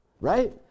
Right